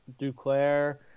Duclair –